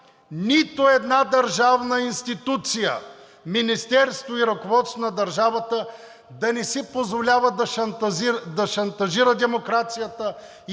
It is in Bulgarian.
нито една държавна институция, министерство и ръководство на държавата да не си позволява да шантажира демокрацията,